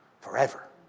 forever